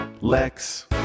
Lex